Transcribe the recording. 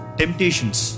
temptations